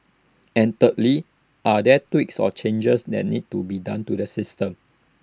and thirdly are there tweaks or changes that need to be done to the system